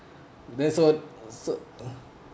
then so so